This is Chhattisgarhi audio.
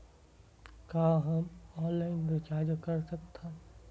का हम ऑनलाइन रिचार्ज कर सकत हन?